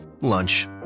lunch